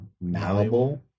malleable